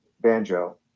banjo